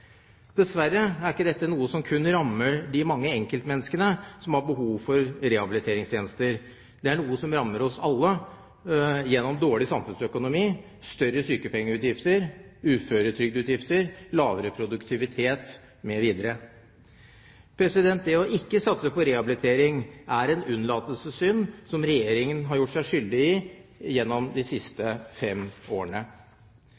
Dessverre er ikke dette noe som kun rammer de mange enkeltmenneskene som har behov for rehabiliteringstjenester, det er noe som rammer oss alle gjennom dårlig samfunnsøkonomi, større sykepengeutgifter, uføretrygdutgifter, lavere produktivitet mv. Det å ikke satse på rehabilitering er en unnlatelsessynd som Regjeringen har gjort seg skyldig i gjennom de